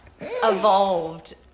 evolved